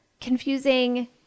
confusing